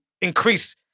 increase